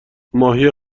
ماهی